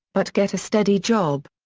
but get a steady job.